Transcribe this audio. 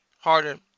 harder